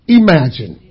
imagine